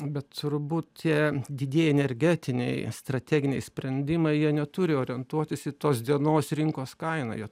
bet turbūt tie didieji energetiniai strateginiai sprendimai jie neturi orientuotis į tos dienos rinkos kainą jie